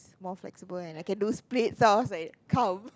more flexible and I can do splits so I was like come